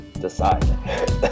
decide